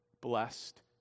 blessed